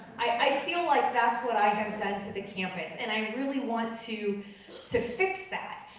i feel like that's what i have done to the campus, and i really want to to fix that.